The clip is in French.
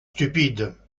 stupide